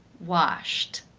washed.